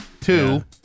Two